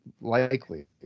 likely